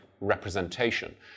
representation